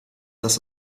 das